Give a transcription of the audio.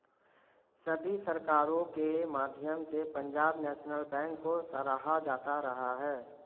सभी सरकारों के माध्यम से पंजाब नैशनल बैंक को सराहा जाता रहा है